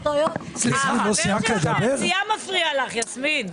החבר שלך מהסיעה מפריע לך, יסמין.